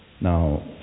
Now